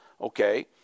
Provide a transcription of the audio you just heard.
okay